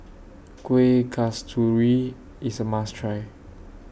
Kuih Kasturi IS A must Try